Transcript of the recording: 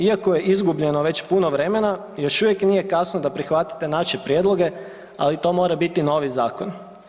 Iako je izgubljeno već puno vremena još uvijek nije kasno da prihvatite naše prijedloge, ali to mora biti novi zakon.